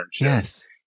Yes